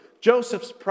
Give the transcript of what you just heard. Joseph's